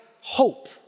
hope